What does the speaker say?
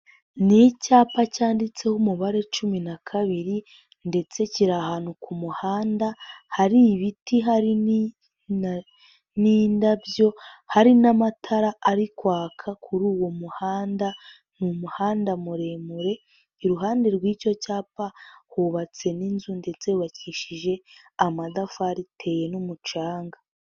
Ni icyapa cyanditseho umubare cumi na kabiri ndetse kiri ahantu ku muhanda, hari ibiti hari n'indabyo, hari n'amatara ari kwaka kuri uwo muhanda, ni umuhanda muremure. Iruhande rw'icyo cyapa hubatse n'inzu ndetse yubakishije amatafari, iteye n'umucanga.